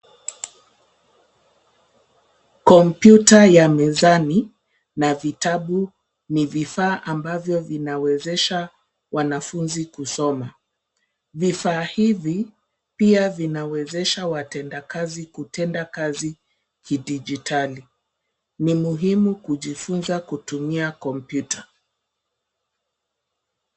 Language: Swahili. Kompyuta ya mezani na vitabu, ni vifa ambavyo vinawezesha wanafunzi kusoma. Vifaa hivi pia vinawezesha watendakazi kutenda kazi kidijitali. Ni muhimu kujifunza kutumia kompyuta.